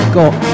got